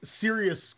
serious